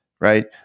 right